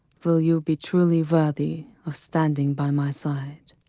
will you be truly worthy of standing by my side.